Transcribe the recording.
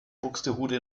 buxtehude